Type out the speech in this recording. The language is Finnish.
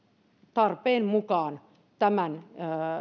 tarpeen mukaan tämän